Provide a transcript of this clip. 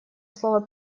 слово